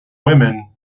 women